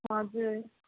हजुर